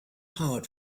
hard